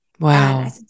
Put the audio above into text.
Wow